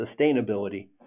sustainability